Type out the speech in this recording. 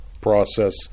process